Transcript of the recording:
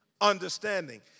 Understanding